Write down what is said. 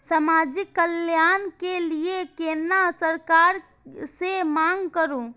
समाजिक कल्याण के लीऐ केना सरकार से मांग करु?